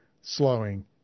slowing